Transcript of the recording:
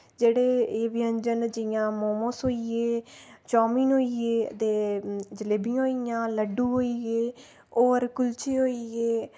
जेह्ड़े एह् व्यंजन जि'यां मोमोस होई गे चौमिन होई गे ते जलेबियां होइयां लड्डू होई गेऔर कुल्चे होई गे